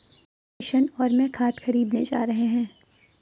किशन और मैं खाद खरीदने जा रहे हैं